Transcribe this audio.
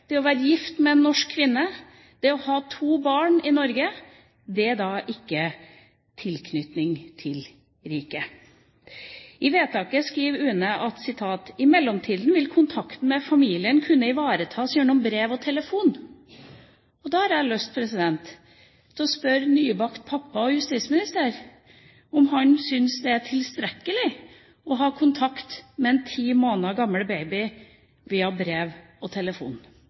det å være gift med en norsk kvinne, det å ha to barn i Norge, det er da ikke tilknytning til riket. I vedtaket skriver UNE at «i mellomtiden vil kontakten med familien kunne ivaretas ved brev og telefon». Da har jeg lyst til å spørre nybakt pappa, og justisminister, om han syns det er tilstrekkelig å ha kontakt med en ti måneder gammel baby via brev og telefon.